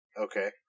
okay